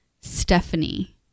stephanie